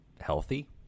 healthy